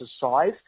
size